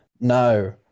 No